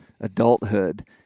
adulthood